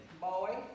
Boy